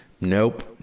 Nope